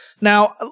Now